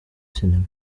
cinema